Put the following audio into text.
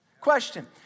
Question